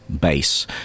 base